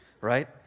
Right